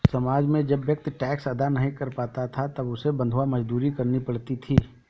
समाज में जब व्यक्ति टैक्स अदा नहीं कर पाता था तब उसे बंधुआ मजदूरी करनी पड़ती थी